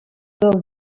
del